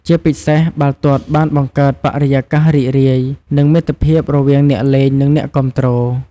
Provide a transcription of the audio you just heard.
ជាពិសេសបាល់ទាត់បានបង្កើតបរិយាកាសរីករាយ និងមិត្តភាពរវាងអ្នកលេង និងអ្នកគាំទ្រ។